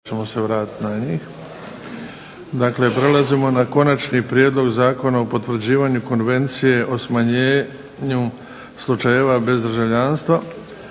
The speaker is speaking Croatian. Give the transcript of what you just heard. zajednice podržat će Zakon o potvrđivanju Konvencije o smanjenju slučajeva bez državljanstva.